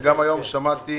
וגם היום שמעתי